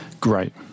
great